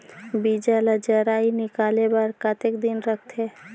बीजा ला जराई निकाले बार कतेक दिन रखथे?